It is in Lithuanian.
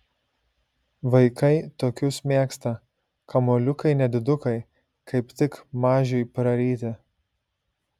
vaikai tokius mėgsta kamuoliukai nedidukai kaip tik mažiui praryti